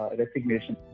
resignation